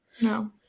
No